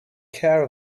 care